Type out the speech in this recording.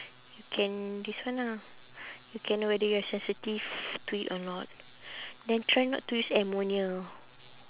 you can this one ah you can know whether you are sensitive to it or not then try not to use ammonia